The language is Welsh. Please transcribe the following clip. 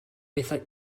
bethau